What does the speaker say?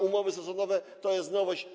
Umowy sezonowe to jest nowość.